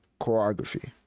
choreography